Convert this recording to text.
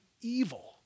evil